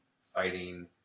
fighting